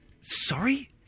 Sorry